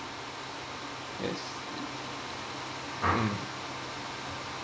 yes um